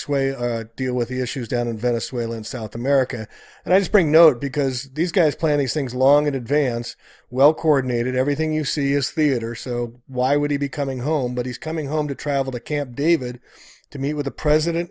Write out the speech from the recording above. way deal with the issues down in venezuela and south america and i just bring note because these guys planning things long in advance well coordinated everything you see is theater so why would he be coming home but he's coming home to travel to camp david to meet with the president